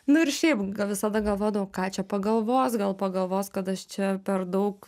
nu ir šiaip visada galvodavau ką čia pagalvos gal pagalvos kad aš čia per daug